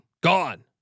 gone